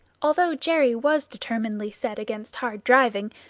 although jerry was determinedly set against hard driving,